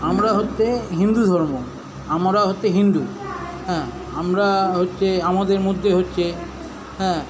আমরা হচ্ছে হিন্দু ধর্ম আমরা হচ্ছে হিন্দু হ্যাঁ আমরা হচ্ছে আমাদের মধ্যে হচ্ছে হ্যাঁ